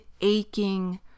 aching